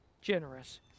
generous